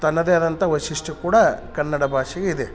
ತನ್ನದೇ ಆದಂಥ ವಶಿಷ್ಟ ಕೂಡ ಕನ್ನಡ ಭಾಷೆಗೆ ಇದೆ